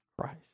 Christ